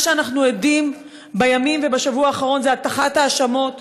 מה שאנחנו עדים לו בימים האחרונים ובשבוע האחרון זה הטחת האשמות,